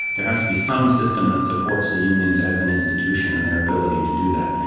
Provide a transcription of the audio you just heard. there has to be some system that supports the unions as an institution and their ability to do that.